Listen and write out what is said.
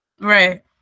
right